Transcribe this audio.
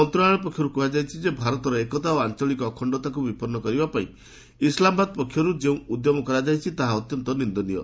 ମନ୍ତ୍ରଣାଳୟ ପକ୍ଷର୍ କୁହାଯାଇଛି ଯେ ଭାରତର ଏକତା ଓ ଆଞ୍ଚଳିକ ଅଖଣ୍ଡତାକୁ ବିପନ୍ନ କରିବା ପାଇଁ ଇସ୍ଲାମାବାଦ ପକ୍ଷର୍ ଯେଉଁ ଉଦ୍ୟମ କରାଯାଉଛି ତାହା ଅତ୍ୟନ୍ତ ନିନ୍ଦନୀୟ